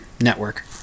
network